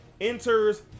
Enters